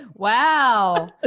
Wow